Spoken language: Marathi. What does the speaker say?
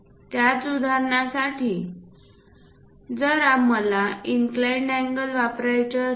त्याच उदाहरणासाठी जर मला इनक्लाइंड अँगल वापरायचे असेल